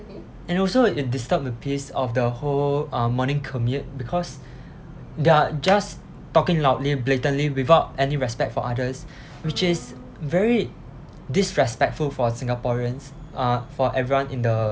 and also it disturb the peace of the whole uh morning commute because they are just talking loudly blatantly without any respect for others which is very disrespectful for singaporeans uh for everyone in the